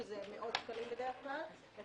שזה מאות שקלים בדרך כלל,